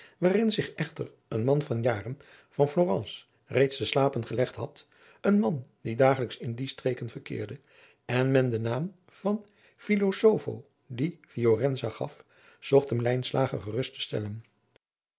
waarin zich echter een man van jaren van florence reeds te slapen gelegd had een man die dagelijks in die streken verkeerde en men den naam van filosofo di fiorenza gaf zocht hem lijnslager gerust te stellen